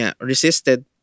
resisted